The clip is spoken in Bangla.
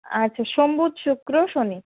আচ্ছা সোম বুধ শুক্র শনি